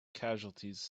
casualties